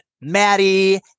Maddie